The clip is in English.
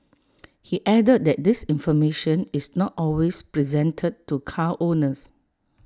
he added that this information is not always presented to car owners